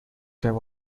time